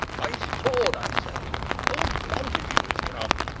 my sword, i say old montague is come,